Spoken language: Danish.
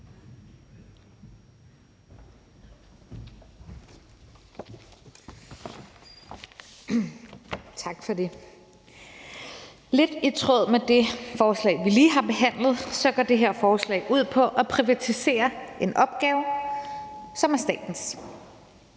Tak for det. Lidt i tråd med det forslag, vi lige har behandlet, går det her forslag ud på at privatisere en opgave, som er statens,